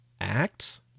act